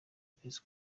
kwezi